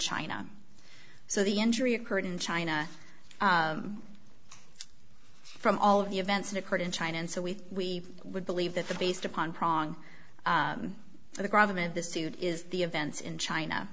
china so the injury occurred in china from all of the events that occurred in china and so we would believe that the based upon prong for the government this suit is the events in china